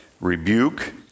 rebuke